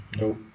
Nope